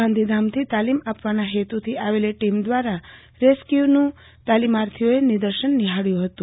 ગાંધીધામથી તાલીમ આપવાના હેતુથી આવેલી ટીમ દ્વારા રેસ્ક્યુનું તાલીમાર્થીઓએ નિદર્શન નિહાળ્યું હતું